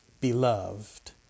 Beloved